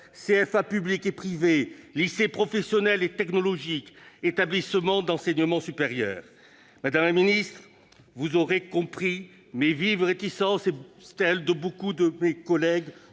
CFA publics et privés, lycées professionnels et technologiques, établissements d'enseignement supérieur. Madame la ministre, vous aurez compris mes vives réticences et celles de nombre de mes collègues